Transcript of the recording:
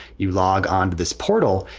you log on to this portal,